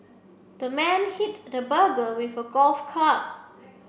the man hit the burglar with a golf club